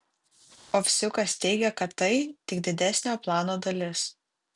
ovsiukas teigia kad tai tik didesnio plano dalis